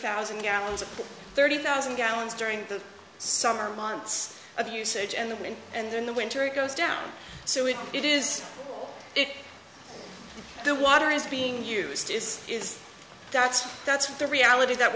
thousand gallons of thirty thousand gallons during the summer months of usage and the wind and then the winter it goes down so if it is it the water is being used this is that's that's the reality that